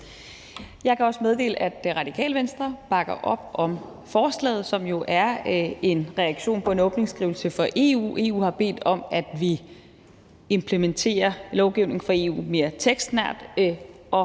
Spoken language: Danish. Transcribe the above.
Jeg kan også meddele, at Radikale Venstre bakker op om forslaget, som jo er en reaktion på en åbningsskrivelse fra EU. EU har bedt om, at vi implementerer lovgivning fra EU mere tekstnært og